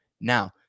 Now